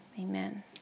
amen